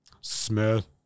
Smith